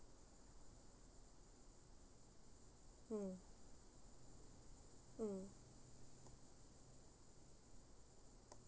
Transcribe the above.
mm mm